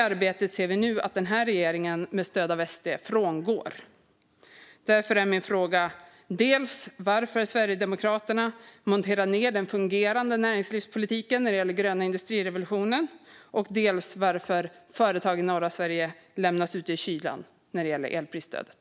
Vi ser nu att denna regering, med stöd av SD, frångår detta arbete. Därför är min fråga dels varför Sverigedemokraterna monterar ned den fungerande näringspolitiken när det gäller den gröna industrirevolutionen, dels varför företag i norra Sverige lämnas ute i kylan när det gäller elprisstödet.